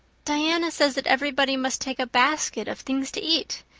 diana says that everybody must take a basket of things to eat.